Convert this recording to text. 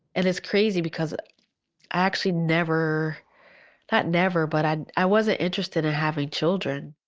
and it's crazy because i actually never not never, but i i wasn't interested in having children.